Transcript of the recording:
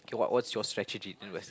okay what what's your strategy